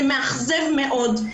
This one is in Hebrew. זה מאכזב מאוד,